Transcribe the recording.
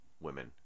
women